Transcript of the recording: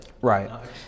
Right